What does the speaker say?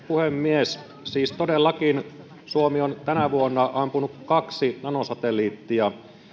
puhemies siis todellakin suomi on tänä vuonna ampunut kaksi nanosatelliittia